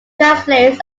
translates